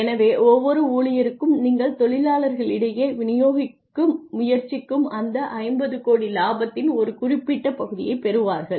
எனவே ஒவ்வொரு ஊழியருக்கும் நீங்கள் தொழிலாளர்களிடையே விநியோகிக்க முயற்சிக்கும் அந்த 50 கோடி லாபத்தின் ஒரு குறிப்பிட்ட பகுதியைப் பெறுவார்கள்